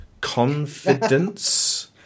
Confidence